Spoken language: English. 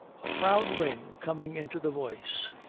a proud ring coming into the voice,